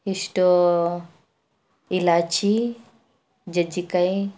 ಎಷ್ಟು ಇಲೈಚಿ ಜಜ್ಜಿಕಾಯಿ